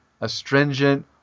astringent